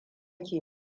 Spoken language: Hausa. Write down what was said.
ke